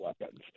weapons